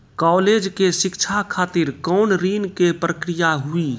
College के शिक्षा खातिर कौन ऋण के प्रक्रिया हुई?